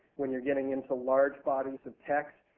when youire getting into large bodies of text.